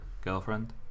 girlfriend